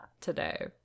today